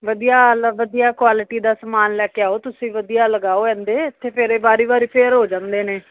ਵਧੀਆ ਆਲਾ ਵਧੀਆ ਕੁਆਲਟੀ ਦਾ ਸਮਾਨ ਲੈ ਕੇ ਆਓ ਤੁਸੀਂ ਵਧੀਆ ਲਗਾਓ ਇਹਦੇ ਇੱਥੇ ਫਿਰ ਵਾਰੀ ਵਾਰੀ ਫਿਰ ਹੋ ਜਾਂਦੇ ਨੇ